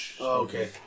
okay